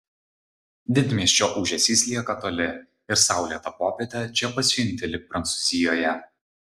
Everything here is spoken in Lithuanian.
didmiesčio ūžesys lieka toli ir saulėtą popietę čia pasijunti lyg prancūzijoje